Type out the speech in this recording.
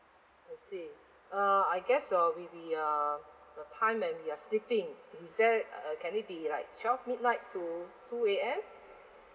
I see uh I guess uh we will uh the time when we are sleeping is there can it be like twelve midnight to two A_M